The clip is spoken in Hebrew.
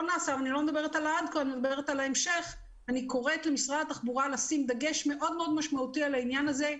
אני קוראת למשרד התחבורה לשים דגש מאוד מאוד משמעותי על העניין הזה,